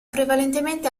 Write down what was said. prevalentemente